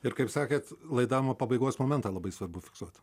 ir kaip sakėt laidavimo pabaigos momentą labai svarbu fiksuot